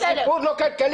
הציבור לא כלכלי?